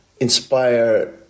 inspire